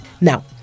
Now